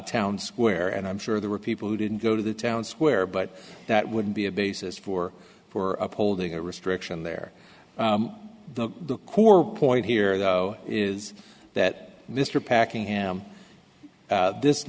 town square and i'm sure there were people who didn't go to the town square but that wouldn't be a basis for for upholding a restriction there the core point here though is that mr packing ham this